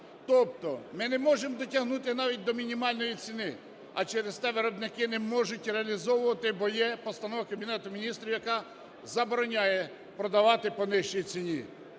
Тобто ми не можемо дотягнути навіть до мінімальної ціни, а через те виробники не можуть реалізовувати, бо є постанова Кабінету Міністрів, яка забороняє продавати по нижчій ціні.